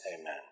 Amen